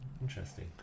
interesting